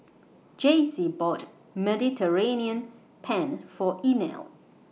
Jacey bought Mediterranean Penne For Inell